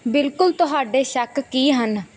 ਬਿਲਕੁਲ ਤੁਹਾਡੇ ਸ਼ੱਕ ਕੀ ਹਨ